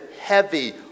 heavy